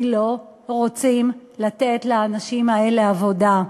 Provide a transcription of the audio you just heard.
כי לא רוצים לתת לאנשים האלה עבודה.